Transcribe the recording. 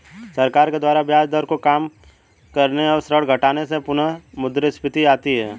सरकार के द्वारा ब्याज दर को काम करने और ऋण घटाने से पुनःमुद्रस्फीति आती है